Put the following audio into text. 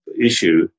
issue